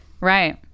Right